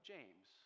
James